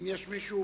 האם יש מישהו